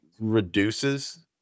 reduces